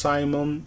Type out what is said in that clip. Simon